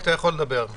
אבל אתה יכול לדבר.